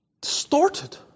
distorted